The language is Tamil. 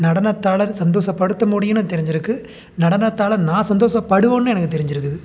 நடனத்தால் சந்தோஷப்படுத்த முடியுன்னு தெரிஞ்சுருக்கு நடனத்தால் நான் சந்தோஷப்படுவன்னு எனக்கு தெரிஞ்சுருக்குது